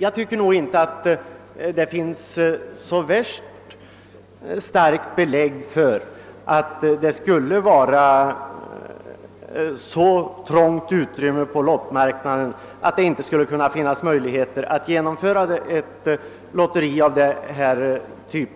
Jag tycker nog inte att det föreligger särskilt starka belägg för påståendet att utrymmet på lottmarknaden skulle vara så trångt, att det inte finns möjligheter att genomföra ett lotteri av den typ